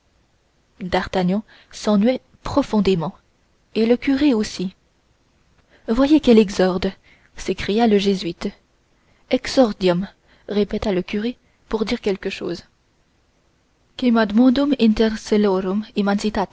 d'artagnan s'ennuyait profondément le curé aussi voyez quel exorde s'écria le jésuite exordium répéta le curé pour dire quelque chose